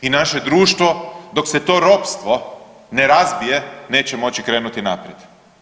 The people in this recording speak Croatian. I naše društvo dok se to ropstvo ne razbije neće moći krenuti naprijed.